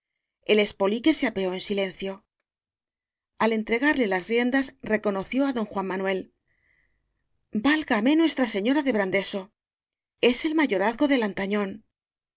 es polique se apeó en silencio al entregarle las riendas reconoció á don juan manuel válgame nuestra señora de brandeso es el mayorazgo de lantañón